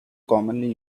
commonly